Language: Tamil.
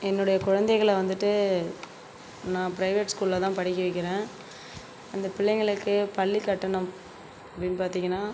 என்னுடைய குழந்தைகளை வந்துட்டு நான் பிரைவேட் ஸ்கூலில் தான் படிக்க வைக்கிறேன் அந்த பிள்ளைங்களுக்கு பள்ளிக் கட்டணம் அப்படினு பார்த்தீங்கனா